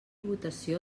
votació